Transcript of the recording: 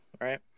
right